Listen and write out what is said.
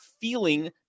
feeling